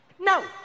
No